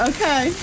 Okay